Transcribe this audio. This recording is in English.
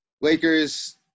Lakers